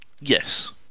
yes